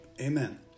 Amen